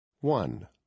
one